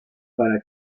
para